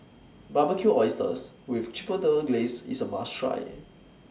Barbecued Oysters with Chipotle Glaze IS A must Try